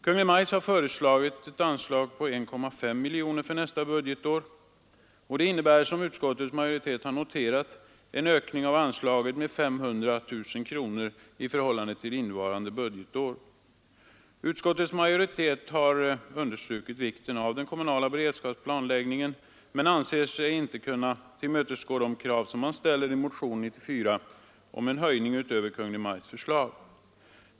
Kungl. Maj:t har föreslagit ett anslag på 1,5 miljoner för nästa budgetår, och det innebär, som utskottsmajoriteten har noterat, en ökning av anslaget med 500 000 kronor i förhållande till innevarande budgetår. Utskottsmajoriteten har understrukit vikten av den kommunala beredskapsplanläggningen men anser sig inte kunna tillmötesgå kraven i motionen 94 om en höjning utöver Kungl. Maj:ts förslag.